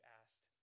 asked